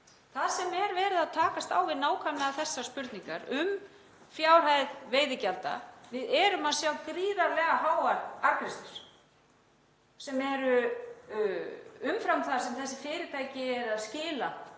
þar sem er verið að takast á við nákvæmlega þessar spurningar um fjárhæð veiðigjalda. Við erum að sjá gríðarlega háar arðgreiðslur sem eru umfram það sem þessi fyrirtæki eru að skila